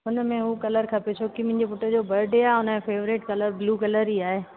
हुन में हू कलर खपे छो की मुंहिंजे पुट जो बडे आहे हुनजो फ़ेवरेट कलर ब्लू कलर ई आहे